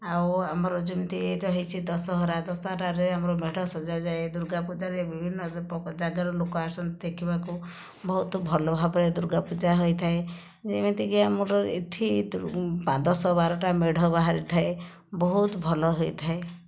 ଆଉ ଆମର ଯେମିତି ଏହିଟା ହୋଇଛି ଦଶହରା ଦଶହରାରେ ଆମର ମେଢ଼ ସଜାଯାଏ ଦୁର୍ଗା ପୂଜାରେ ବିଭିନ୍ନ ଯାଗାରୁ ଲୋକ ଆସନ୍ତି ଦେଖିବାକୁ ବହୁତ ଭଲ ଭାବରେ ଦୁର୍ଗା ପୂଜା ହୋଇଥାଏ ଯେମିତିକି ଆମର ଏଇଠି ଦଶ ବାରଟା ମେଢ଼ ବାହାରିଥାଏ ବହୁତ ଭଲ ହୋଇଥାଏ